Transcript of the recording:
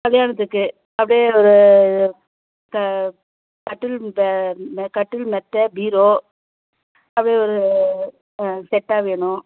கல்யாணத்துக்கு அப்படியே ஒரு க கட்டில் பெ மெ கட்டில் மெத்தை பீரோ அப்படியே ஒரு செட்டாக வேணும்